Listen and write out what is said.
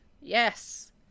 yes